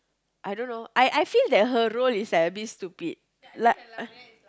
I don't know I I feel that her role is like a bit stupid like